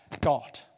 God